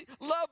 love